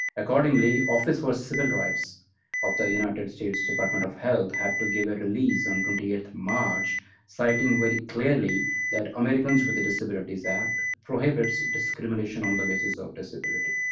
accordingly, office for civil rights of the united states department of health had to give a release on twentieth march citing very clearly that americans with disabilities act prohibits discrimination on the basis of disability.